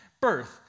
birth